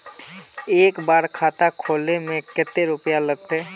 एक बार खाता खोले में कते रुपया लगते?